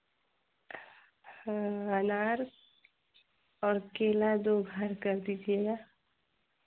हाँ अनार और केला दो घर कर दीजिएगा